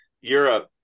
Europe